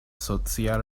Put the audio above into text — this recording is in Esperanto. socia